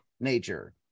nature